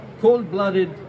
cold-blooded